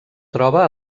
troba